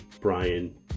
Brian